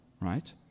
right